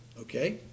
okay